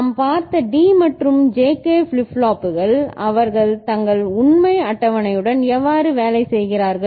நாம் பார்த்த D மற்றும் JK ஃபிளிப் ஃப்ளாப்புகள் அவர்கள் தங்கள் உண்மை அட்டவணை உடன் எவ்வாறு வேலை செய்கிறார்கள்